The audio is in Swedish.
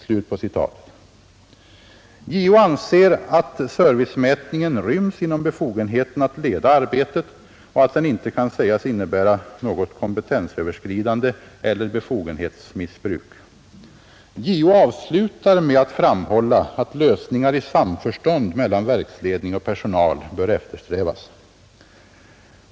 JO anser att servicemätningen ryms inom befogenheten att leda arbetet och att den inte kan sägas innebära något kompetensöverskridande eller befogenhetsmissbruk. JO avslutar med att framhålla att lösningar i samförstånd mellan verksledning och personal bör eftersträvas.